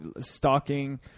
stalking